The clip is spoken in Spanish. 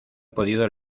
podido